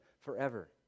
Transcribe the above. forever